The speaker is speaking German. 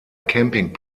camping